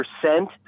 percent